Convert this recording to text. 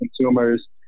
consumers